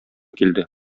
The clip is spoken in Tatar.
килде